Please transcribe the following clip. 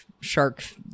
shark